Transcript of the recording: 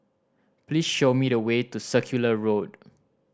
please show me the way to Circular Road